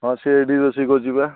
ହଁ ସେ ଏଇଠି ରୋଷେଇ କରୁଛି ବା